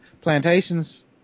plantations